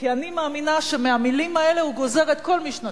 כי אני מאמינה שמהמלים האלה הוא גוזר את כל משנתו,